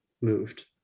moved